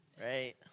right